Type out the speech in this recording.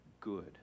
good